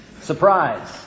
Surprise